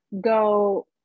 go